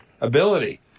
Ability